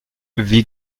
wie